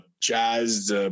jazz